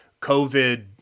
COVID